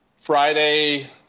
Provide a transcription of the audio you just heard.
friday